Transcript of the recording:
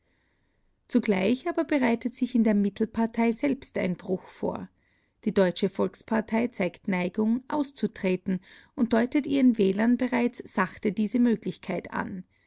zugleich aber bereitet sich in der mittelpartei selbst ein bruch vor die deutsche volkspartei zeigt neigung auszutreten und deutet ihren wählern bereits sachte diese möglichkeit an